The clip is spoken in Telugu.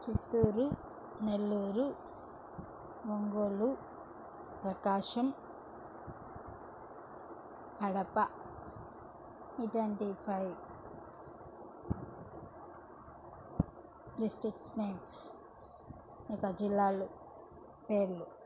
చిత్తూరు నెల్లూరు ఒంగోలు ప్రకాశం కడప ఇదండి ఫైవ్ డిస్టిక్స్ నేమ్స్ ఇంకా జిల్లాలు పేర్లు